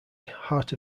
heart